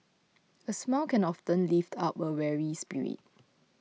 a smile can often lift up a weary spirit